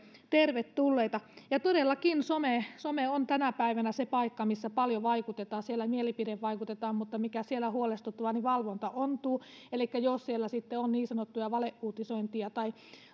tervetulleita todellakin some some on tänä päivänä se paikka missä paljon vaikutetaan siellä mielipidevaikutetaan mutta mikä siellä on huolestuttavaa niin valvonta ontuu elikkä jos siellä sitten on niin sanottuja valeuutisointeja tai